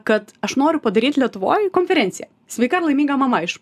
kad aš noriu padaryt lietuvoj konferenciją sveika ir laiminga mama iš